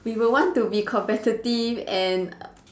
we would want to be competitive and